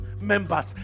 members